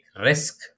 risk